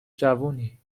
جوونی